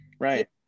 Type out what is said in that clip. Right